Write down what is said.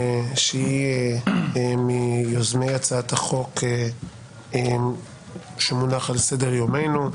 שהיא מיוזמי הצעת החוק שמונח על סדר יומנו,